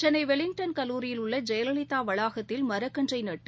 சென்னைவெலிங்டன் கல்லூரியில் உள்ளஜெயலலிதாவளாகத்தில் மரக்கன்றைநட்டு